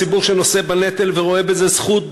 הציבור שנושא בנטל ורואה בזה זכות,